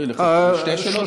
לחכות לשתי השאלות?